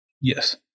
Yes